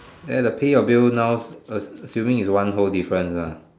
there the pay a bill now as~ assuming is one whole difference ah